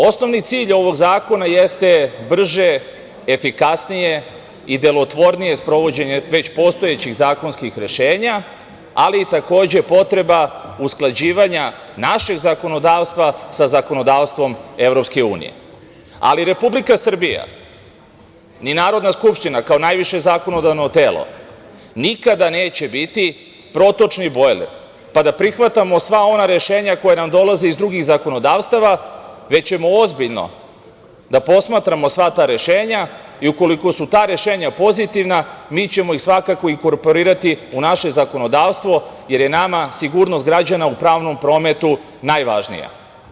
Osnovni cilj ovog zakona jeste brže, efikasnije i deltvornije sprovođenje već postojećih zakonskih rešenja, ali i takođe i potreba usklađivanja našeg zakonodavstva sa zakonodavstvom EU, ali Republika Srbija, ni Narodna skupština kao najviše zakonodavno telo, nikada neće biti protočni bojler, pa da prihvatamo sva ona rešenja koja nam dolaze iz drugih zakonodavstava, već ćemo ozbiljno da posmatramo sva ta rešenja i ukoliko su ta rešenja pozitivna mi ćemo ih svakako inkorporirati u naše zakonodavstvom, jer je nama sigurnost građana u pravnom prometu najvažnija.